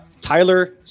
tyler